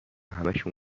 همهشون